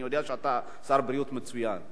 אני יודע שאתה שר בריאות מצוין.